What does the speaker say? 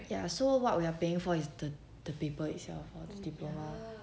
ya so what we're paying for is the the paper itself for the diploma